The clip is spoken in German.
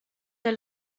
der